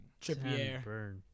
Trippier